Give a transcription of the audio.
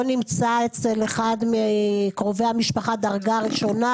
נמצא אצל אחד מקרובי המשפחה דרגה ראשונה,